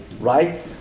right